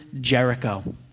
Jericho